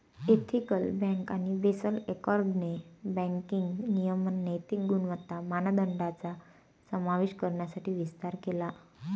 ethical bank आणि Basel एकॉर्डने banking नियमन नैतिक गुणवत्ता मानदंडांचा समावेश करण्यासाठी विस्तार केला